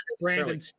brandon